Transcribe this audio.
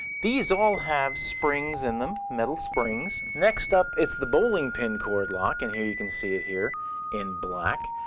these all have springs in them, metal springs. next up it's the bowling pin cord lock. and here you can see it here in black.